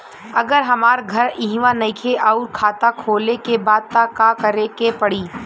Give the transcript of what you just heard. अगर हमार घर इहवा नईखे आउर खाता खोले के बा त का करे के पड़ी?